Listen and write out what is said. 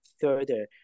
further